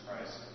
Christ